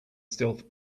stealth